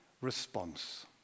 response